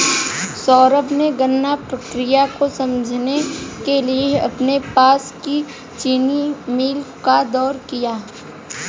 सौरभ ने गन्ना प्रक्रिया को समझने के लिए अपने पास की चीनी मिल का दौरा किया